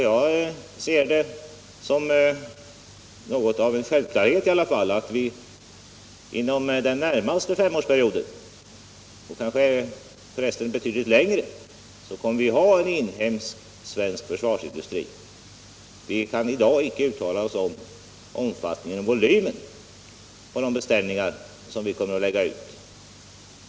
Jag ser det som något av en självklarhet att vi inom den närmaste femårsperioden, och kanske betydligt längre, kommer att ha en inhemsk försvarsindustri. Vi kan i dag icke uttala oss om volymen på de beställningar vi kommer att lägga ut.